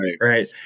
Right